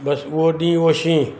बसि उहो ॾींहुं उहो शींहुं